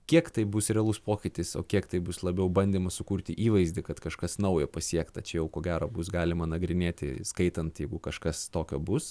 kiek tai bus realus pokytis o kiek tai bus labiau bandymas sukurti įvaizdį kad kažkas naujo pasiekta čia jau ko gero bus galima nagrinėti skaitant jeigu kažkas tokio bus